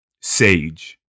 sage